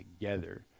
together